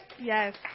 Yes